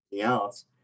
else